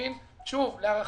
שוב, להערכתי,